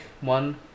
one